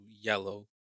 Yellow